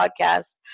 podcast